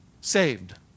saved